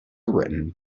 written